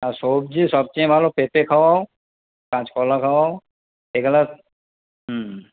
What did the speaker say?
আর সবজি সবচেয়ে ভালো পেঁপে খাওয়াও কাঁচকলা খাওয়াও এগুলো হুম